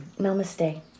Namaste